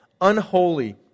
unholy